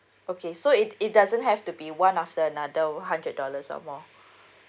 okay so it it doesn't have to be one after another one hundred dollars or more